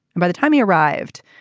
by the time he arrived,